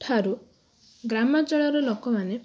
ଠାରୁ ଗ୍ରାମାଞ୍ଚଳର ଲୋକମାନେ